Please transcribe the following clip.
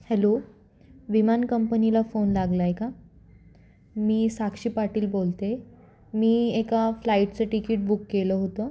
hello विमान कंपनीला phone लागला आहे का मी साक्षी पाटील बोलते मी एका फ्लाईटचं टिकीट बुक केलं होतं